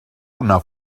una